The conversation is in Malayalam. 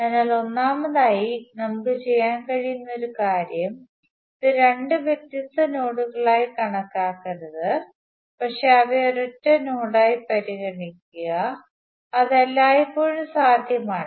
അതിനാൽ ഒന്നാമതായി നമുക്ക് ചെയ്യാൻ കഴിയുന്ന ഒരു കാര്യം ഇത് രണ്ട് വ്യത്യസ്ത നോഡുകളായി കണക്കാക്കരുത് പക്ഷേ അവയെ ഒരൊറ്റ നോഡായി പരിഗണിക്കുക അത് എല്ലായ്പ്പോഴും സാധ്യമാണ്